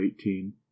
eighteen